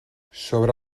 sobre